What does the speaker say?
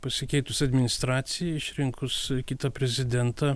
pasikeitus administracijai išrinkus kitą prezidentą